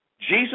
Jesus